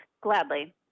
Gladly